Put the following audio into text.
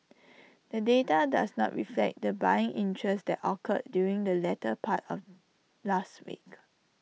the data does not reflect the buying interest that occurred during the latter part of last week